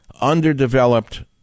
underdeveloped